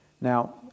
Now